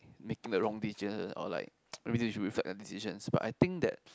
making the decisions or like maybe they should reflect their decisions but I think that